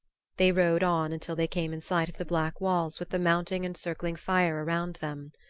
they rode on until they came in sight of the black walls with the mounting and circling fire around them.